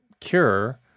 cure